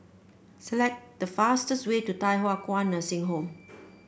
select the fastest way to Thye Hua Kwan Nursing Home